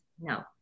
No